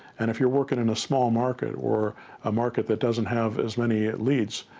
and if you're working in a small market or a market that doesn't have as many leads,